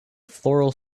floral